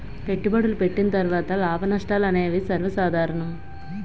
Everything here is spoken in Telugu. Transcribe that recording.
పెట్టుబడులు పెట్టిన తర్వాత లాభనష్టాలు అనేవి సర్వసాధారణం